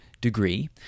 Degree